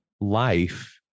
life